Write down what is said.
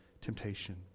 temptation